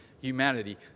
humanity